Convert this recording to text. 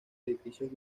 edificios